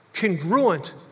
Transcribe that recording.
congruent